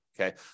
Okay